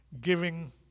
giving